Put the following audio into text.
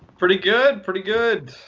pretty good. pretty good.